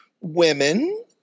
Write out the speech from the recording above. women